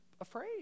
afraid